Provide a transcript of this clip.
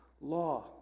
law